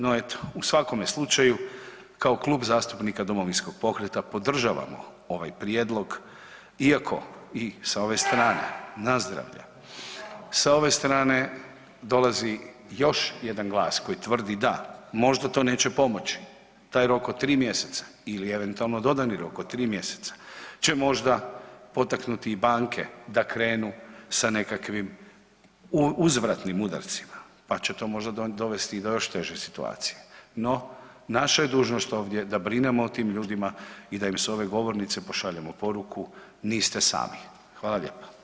No eto u svakome slučaju kao Klub zastupnika Domovinskog pokreta podržavamo ovaj prijedlog iako i sa ove strane dolazi još jedan glas koji tvrdi da možda to neće pomoći, taj rok od tri mjeseca ili eventualno dodani rok od tri mjeseca će možda potaknuti i banke da krenu sa nekakvim uzvratim udarcima pa će to možda dovesti i do još teže situacije no naša je dužnost ovdje da brinemo o tim ljudima i da im s ove govornice pošaljemo poruku „Niste sami.“ Hvala lijepa.